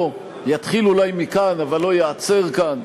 יתחיל אולי מכאן אבל לא ייעצר כאן.